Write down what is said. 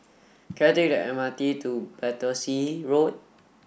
can I take the M R T to Battersea Road